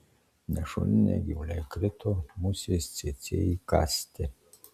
nešuliniai gyvuliai krito musės cėcė įkąsti